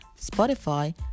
Spotify